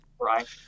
right